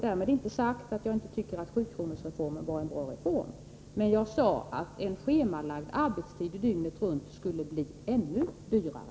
Därmed inte sagt att jag inte tycker att sjukronorsreformen var en bra reform. Men jag sade att en schemalagd arbetstid dygnet runt skulle bli ännu dyrare.